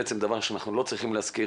בעצם דבר שאנחנו לא צריכים להזכיר,